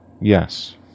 Yes